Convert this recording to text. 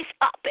up